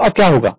तो अब क्या होगा